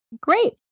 Great